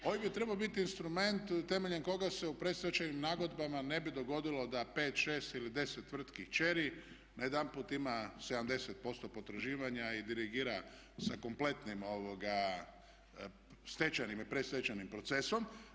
OIB je trebao biti instrument temeljem kojeg se u predstečajnim nagodbama ne bi dogodilo da 5, 6 ili 10 tvrtki kćeri najedanput ima 70% potraživanja i dirigira sa kompletnim stečajnim i predstečajnim procesom.